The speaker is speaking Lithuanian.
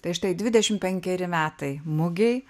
tai štai dvidešimt penkeri metai mugei